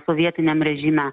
sovietiniam režime